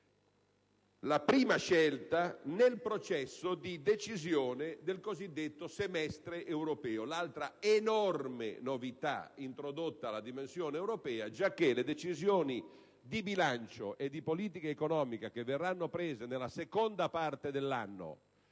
la prima scelta nel processo di decisione del cosiddetto semestre europeo. Ecco l'altra enorme novità introdotta alla dimensione europea, in base alla quale le decisioni di bilancio e di politica economica, che verranno prese nella seconda parte dell'anno